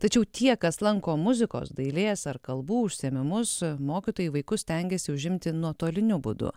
tačiau tie kas lanko muzikos dailės ar kalbų užsiėmimus mokytojai vaikus stengiasi užimti nuotoliniu būdu